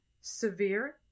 severe